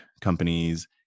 companies